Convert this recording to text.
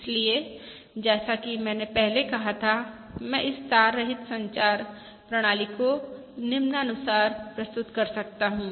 इसलिए जैसा कि मैंने पहले कहा था मैं इस तार रहित संचार प्रणाली को निम्नानुसार प्रस्तुत कर सकता हूं